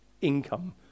income